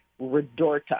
Redorta